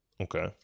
Okay